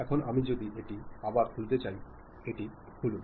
এখন আমি যদি এটি আবার খুলতে চাই এটি খুলুন